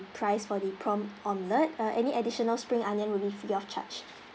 price for the prawn omelette uh any additional spring onion will be free of charge